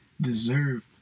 deserve